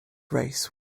race